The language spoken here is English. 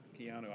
Keanu